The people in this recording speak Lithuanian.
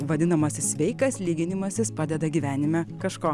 vadinamasis sveikas lyginimasis padeda gyvenime kažko